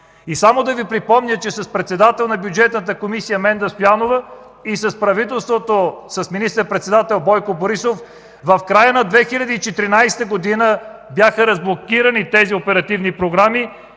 Само да Ви припомня, че с председател на Бюджетната комисия Менда Стоянова и с правителството с министър-председател Бойко Борисов в края на 2014 г. тези оперативни програми